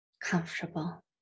comfortable